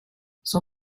son